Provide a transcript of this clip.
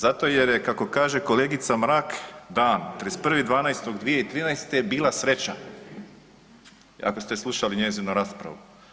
Zato jer je kako kaže kolegica Mrak dan 31.12.2013. bila sreća, ako ste slušali njezinu raspravu.